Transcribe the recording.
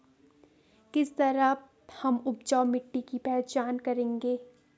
किस तरह हम उपजाऊ मिट्टी की पहचान करेंगे?